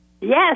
Yes